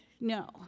No